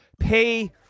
pay